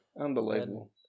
Unbelievable